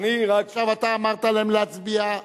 ועכשיו אתה אמרת להם להצביע,